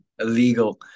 illegal